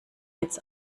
witz